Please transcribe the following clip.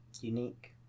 Unique